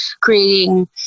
creating